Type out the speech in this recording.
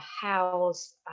house